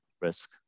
risk